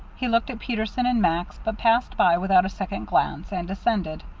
he looked at peterson and max, but passed by without a second glance, and descended.